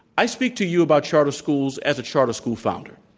i speak to you about charter schools as a charter school founder.